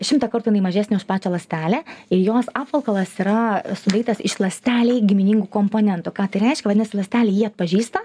šimtą kartų jinai mažesnė už pačią ląstelę ir jos apvalkalas yra sudarytas iš ląstelei giminingų komponentų ką tai reiškia vadinas ląstelė jį atpažįsta